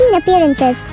appearances